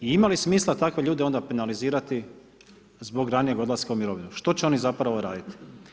I imali smisla takve ljude onda penalizirati zbog ranijeg odlaska u mirovinu, što će oni zapravo raditi?